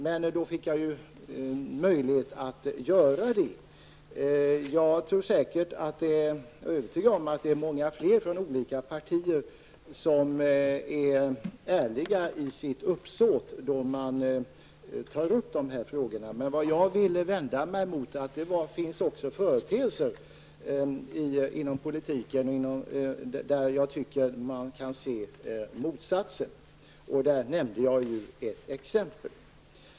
Men nu fick jag ju möjlighet att göra det. Jag är övertygad om att det är många fler från olika partier som är ärliga i sitt uppsåt när man tar upp de här frågorna. Men vad jag ville vända mig mot var att det också finns företeelser inom politiken där man kan se motsatsen, och jag nämnde ju ett exempel.